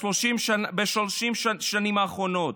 ב-30 השנים האחרונות,